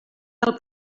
del